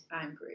angry